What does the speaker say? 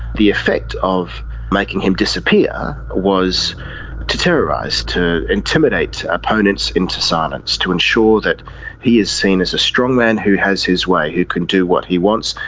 the effect of making him disappear was to terrorise, to intimidate opponents into silence, to ensure that he is seen as a strong man who has his way, who can do what he wants,